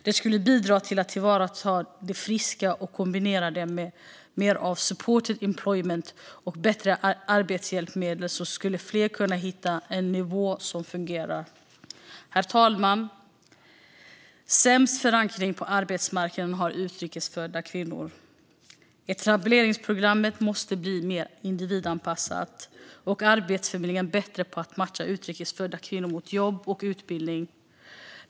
Det skulle bidra till att tillvarata det friska, och kombinerat med mer av supported employment och bättre arbetshjälpmedel skulle fler kunna hitta en nivå som fungerar. Herr talman! Sämst förankring på arbetsmarknaden har utrikes födda kvinnor. Etableringsprogrammet måste bli mer individanpassat, och Arbetsförmedlingen måste bli bättre på att matcha utrikes födda kvinnor mot jobb och utbildning.